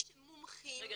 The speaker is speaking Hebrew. רגע,